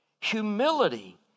Humility